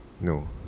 No